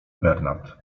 bernard